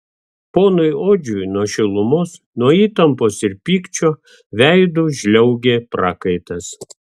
ponui odžiui nuo šilumos nuo įtampos ir pykčio veidu žliaugė prakaitas